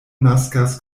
naskas